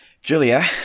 Julia